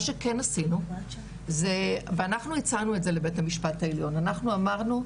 מה שכן עשינו ואנחנו הצענו את זה לבית המשפט העליון אנחנו אמרנו,